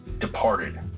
departed